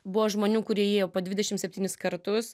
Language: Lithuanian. buvo žmonių kurie įėjo po dvidešim septynis kartus